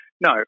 no